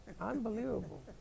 unbelievable